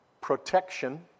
protection